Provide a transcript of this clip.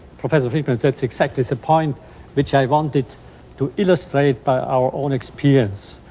professor friedman, that's exactly the point which i wanted to illustrate by our own experience.